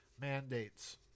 mandates